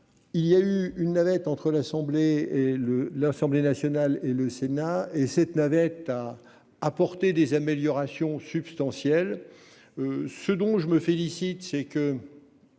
Il y a eu une navette entre l'Assemblée et le, l'Assemblée nationale et le Sénat et cette navette à apporter des améliorations substantielles. Ce dont je me félicite, c'est que.